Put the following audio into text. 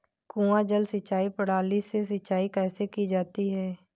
कुआँ जल सिंचाई प्रणाली से सिंचाई कैसे की जाती है?